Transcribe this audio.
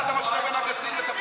מה אתה משווה בין אגסים לתפוחים?